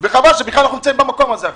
וחבל שאנחנו בכלל נמצאים במקום הזה עכשיו.